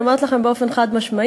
אני אומרת לכם באופן חד-משמעי,